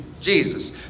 Jesus